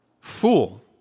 fool